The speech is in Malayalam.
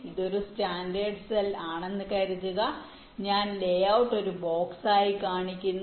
ഇതൊരു സ്റ്റാൻഡേർഡ് സെൽ ആണെന്ന് കരുതുക ഞാൻ ലേഔട്ട് ഒരു ബോക്സായി കാണിക്കുന്നു